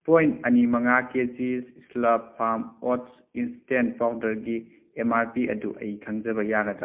point ꯑꯅꯤ ꯃꯉꯥ ꯀꯦ ꯖꯤꯁ ꯏꯁꯂꯞ ꯐꯥꯝ ꯑꯣꯠꯁ ꯏꯟꯁꯇꯦꯟ ꯄꯥꯎꯗꯔꯒꯤ ꯑꯦꯝ ꯃꯥꯔ ꯄꯤ ꯑꯗꯨ ꯑꯩ ꯈꯪꯖꯕ ꯌꯥꯒꯗ꯭ꯔꯥ